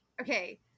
Okay